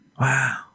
Wow